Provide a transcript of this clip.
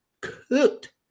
Cooked